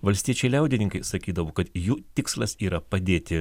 valstiečiai liaudininkai sakydavo kad jų tikslas yra padėti